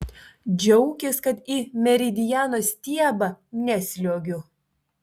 džiaukis kad į meridiano stiebą nesliuogiu